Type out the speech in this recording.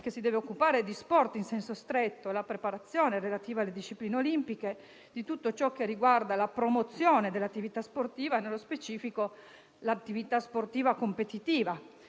che si deve occupare di sport in senso stretto, della preparazione relativa alle discipline olimpiche, di tutto ciò che riguarda la promozione dell'attività sportiva e nello specifico dell'attività sportiva competitiva